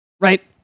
right